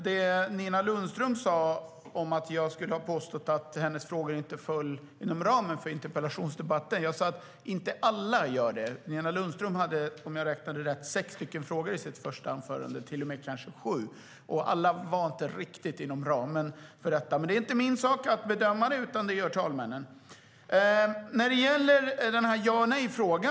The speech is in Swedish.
Mats Green ställde en ja och nejfråga.